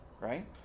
right